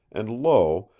and lo,